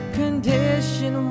condition